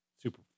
super